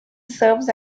serves